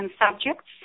subjects